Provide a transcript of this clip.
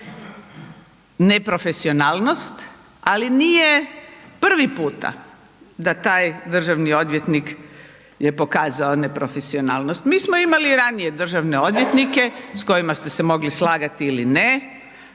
neprofesionalnost, ali nije prvi puta da taj državni odvjetnik je pokazao neprofesionalnost. Mi smo imali i ranije državne odvjetnike s kojima ste se mogli slagati ili ne,